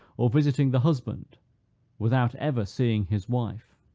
or visiting the husband without ever seeing his wife.